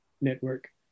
Network